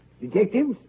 Detectives